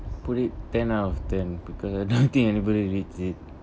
put it ten out of ten because I don't think anybody reads it